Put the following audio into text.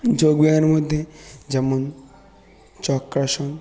যোগব্যায়ার মধ্যে যেমন চক্রাসন